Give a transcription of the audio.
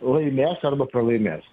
laimės arba pralaimės